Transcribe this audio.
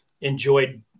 enjoyed